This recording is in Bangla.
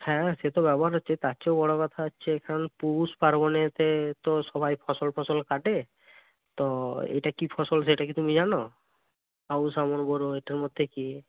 হ্যাঁ সে তো ব্যবহার হচ্ছে তার চেয়েও বড়ো কথা হচ্ছে এখানে পৌষপার্বনেতে তো সবাই ফসল ফসল কাটে তো এটা কি ফসল সেটা কি তুমি জানো আউশ আমন বোরো এটার মধ্যে কি